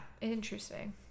Interesting